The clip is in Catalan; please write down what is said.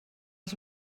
els